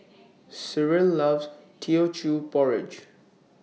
Cyril loves Teochew Porridge